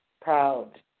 proud